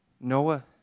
Noah